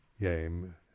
game